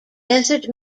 desert